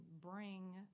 bring